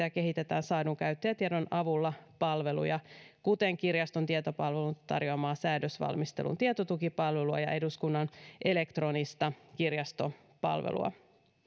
ja kehitetään saadun käyttäjätiedon avulla palveluja kuten kirjaston tietopalvelun tarjoamaa säädösvalmistelun tietotukipalvelua ja eduskunnan elektronista kirjastopalvelua